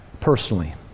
personally